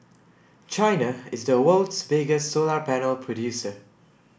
China is the world's biggest solar panel producer